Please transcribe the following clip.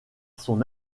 son